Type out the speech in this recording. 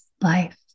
life